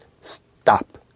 stop